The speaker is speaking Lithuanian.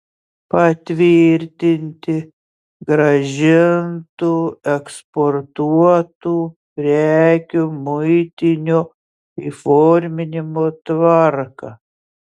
patvirtinti grąžintų eksportuotų prekių muitinio įforminimo tvarką